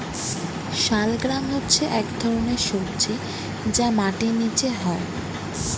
শালগ্রাম হচ্ছে এক ধরনের সবজি যা মাটির নিচে হয়